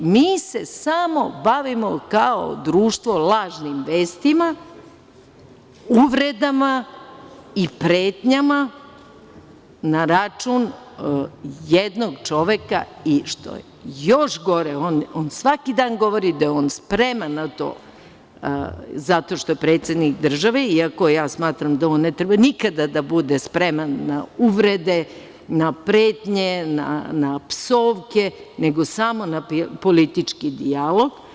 Mi se samo bavimo kao društvo lažnim vestima, uvredama i pretnjama na račun jednog čoveka i, što je još gore, on svaki dan govori da je on spreman na to zato što je predsednik države, iako ja smatram da on ne treba nikada da bude spreman na uvrede, na pretnje, na psovke, nego samo na politički dijalog.